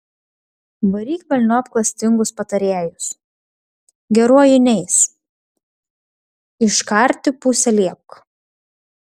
varyk velniop klastingus patarėjus geruoju neis iškarti pusę liepk